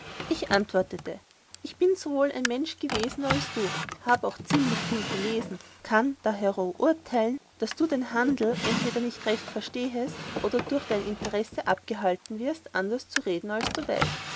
ich antwortete ich bin sowohl ein mensch gewesen als du hab auch ziemlich viel gelesen kann dahero urteilen daß du den handel entweder nicht recht verstehest oder durch dein interesse abgehalten wirst anderst zu reden als du weißt